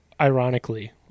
ironically